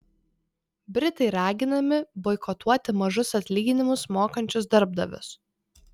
britai raginami boikotuoti mažus atlyginimus mokančius darbdavius